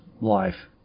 life